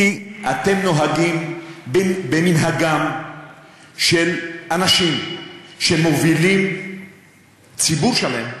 כי אתם נוהגים במנהגם של אנשים שמובילים ציבור שלם,